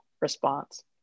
response